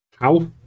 How